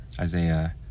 Isaiah